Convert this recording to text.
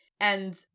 and-